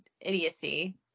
idiocy